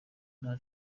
nta